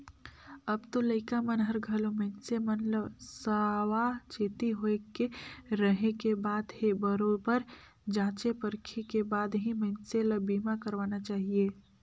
अब तो लइका मन हर घलो मइनसे मन ल सावाचेती होय के रहें के बात हे बरोबर जॉचे परखे के बाद ही मइनसे ल बीमा करवाना चाहिये